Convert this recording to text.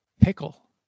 Pickle